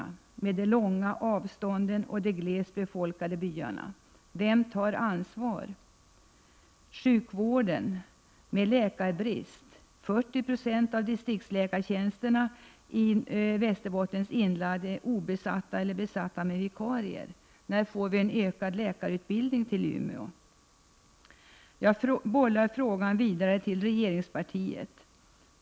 Vem tar ansvaret, med de långa avstånden och de glest befolkade byarna? Sjukvården har läkarbrist — 40 96 av distriktsläkartjänsterna i Västerbottens inland är obesatta eller besatta med vikarier. När får vi en ökad läkarutbildning till Umeå? Jag bollar frågan vidare till regeringspartiet.